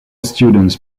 students